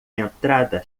entrada